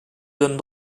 donne